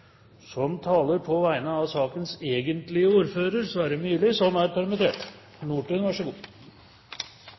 som taler på vegne av sakens ordfører, Sverre Myrli, som er permittert.